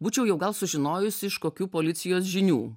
būčiau jau gal sužinojus iš kokių policijos žinių